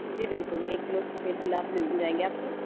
जी बिल्कुल एक किलो सफेद गुलाब भी मिल जाएंगे आपको